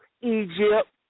Egypt